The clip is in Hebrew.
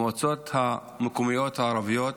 המועצות המקומיות הערביות,